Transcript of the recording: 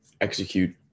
execute